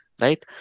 right